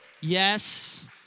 Yes